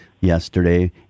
yesterday